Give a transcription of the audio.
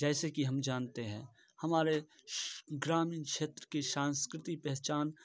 जैसे कि हम जानते हैं हमारे ग्रामीण क्षेत्र की संस्कृति पहचान